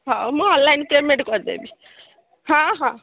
ହଉ ମୁଁ online payment କରିଦେବି ହଁ ହଁ